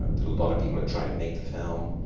that a lot of people had tried to make the film.